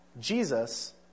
Jesus